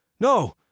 No